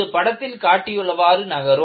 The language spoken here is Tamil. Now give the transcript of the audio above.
இது படத்தில் காட்டியுள்ளவாறு நகரும்